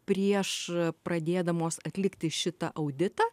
prieš pradėdamos atlikti šitą auditą